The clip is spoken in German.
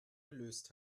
gelöst